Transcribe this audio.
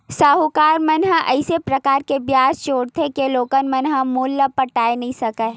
साहूकार मन ह अइसे परकार ले बियाज जोरथे के लोगन ह मूल ल पटाए नइ सकय